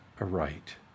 aright